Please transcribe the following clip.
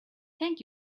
thank